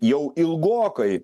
jau ilgokai